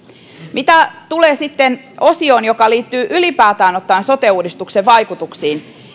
mitä tulee osioon joka liittyy ylipäätään ottaen sote uudistuksen vaikutuksiin